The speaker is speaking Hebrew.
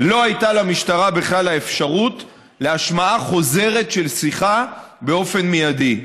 לא הייתה למשטרה בכלל האפשרות להשמעה חוזרת של שיחה באופן מיידי.